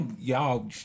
Y'all